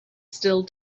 still